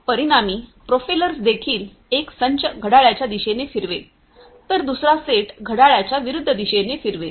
परिणामी प्रोपेलर्सदेखील एक संच घड्याळाच्या दिशेने फिरवेल तर दुसरा सेट घड्याळाच्या विरुद्ध दिशेने फिरवेल